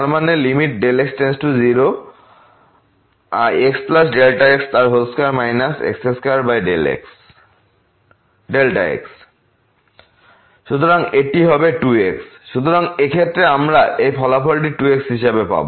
তার মানে x→0xx2 x2x সুতরাং এটি হবে x→02xxx2x2x সুতরাং এই ক্ষেত্রে আমরা এই ফলাফলটি 2x হিসাবে পাব